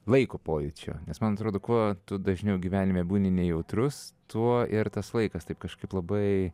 laiko pojūčio nes man atrodo kuo tu dažniau gyvenime būni nejautrus tuo ir tas laikas taip kažkaip labai